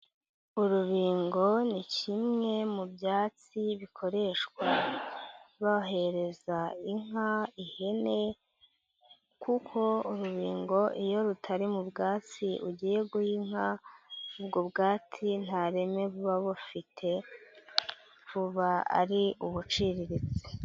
Urubingo ni kimwe mu byatsi bikoreshwa bahereza inka, ihene kuko urubingo iyo rutari mu bwatsi ugiye gu guha inka, ubwo bwatsi nta reme buba bufite buba ari ubuciriritse.